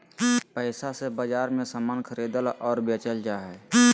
पैसा से बाजार मे समान खरीदल और बेचल जा हय